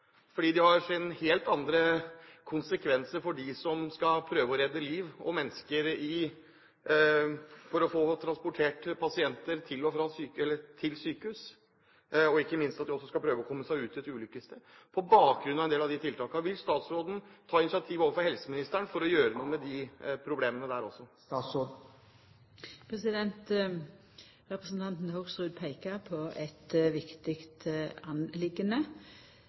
fordi de har helt andre konsekvenser for dem som skal prøve å redde liv og mennesker og få transportert pasienter til sykehus, og ikke minst når de også skal prøve å komme seg ut til et ulykkessted. På bakgrunn av en del av de tiltakene, vil statsråden ta initiativ overfor helseministeren for å gjøre noe med de problemene der også? Representanten Hoksrud peiker på ei viktig